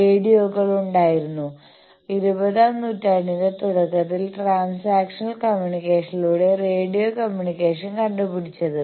റേഡിയോകൾ ഉണ്ടായിരുന്നു ഇരുപതാം നൂറ്റാണ്ടിന്റെ തുടക്കത്തിൽ ട്രാൻസാക്ഷണൽ കമ്മ്യൂണിക്കേഷനിലൂടെയാണ് റേഡിയോ കമ്മ്യൂണിക്കേഷൻ കണ്ടുപിടിച്ചത്